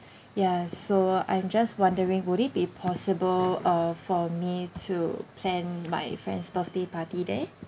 ya so I'm just wondering would it be possible uh for me to plan my friend's birthday party there